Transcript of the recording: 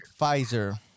Pfizer